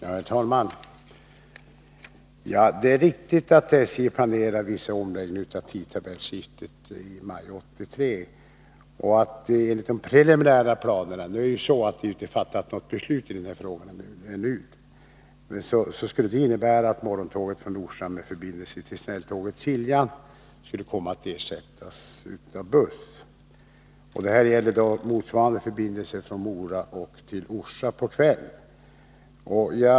Herr talman! Det är riktigt att SJ planerar vissa omläggningar till tidtabellsskiftet i maj 1983. Enligt de preliminära planerna — det har ännu inte fattats något beslut i den här frågan — skulle morgontåget från Orsa med förbindelse till snälltåget Siljan komma att ersättas med buss. Detsamma gäller motsvarande förbindelse från Mora till Orsa på kvällen.